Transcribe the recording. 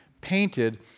painted